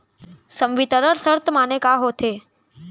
संवितरण शर्त माने का होथे?